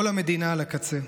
כל המדינה על הקצה.